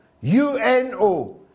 U-N-O